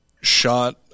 shot